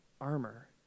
armor